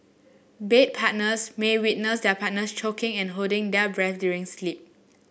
bed partners may witness their partners choking and holding their breath during sleep